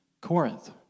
Corinth